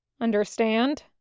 Understand